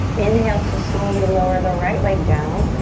inhale to slowly lower the right leg down,